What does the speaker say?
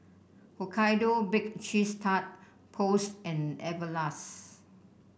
Hokkaido Baked Cheese Tart Post and Everlast